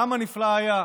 כמה נפלא היה.